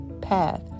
path